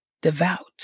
devout